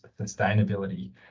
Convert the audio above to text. sustainability